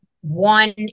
one